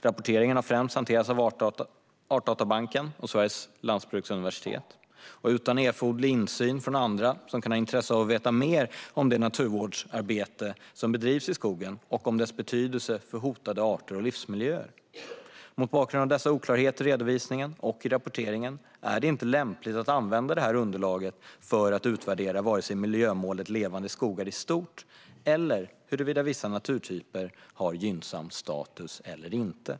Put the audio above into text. Rapporteringen har främst hanterats av Artdatabanken och Sveriges lantbruksuniversitet och utan erforderlig insyn från andra som kan ha intresse av att veta mer om det naturvårdsarbete som bedrivs i skogen och om dess betydelse för hotade arter och livsmiljöer. Mot bakgrund av dessa oklarheter i redovisningen och i rapporteringen är det inte lämpligt att använda det underlaget för att utvärdera vare sig miljömålet Levande skogar i stort eller huruvida vissa naturtyper har gynnsam status eller inte.